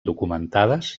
documentades